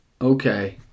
Okay